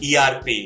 ERP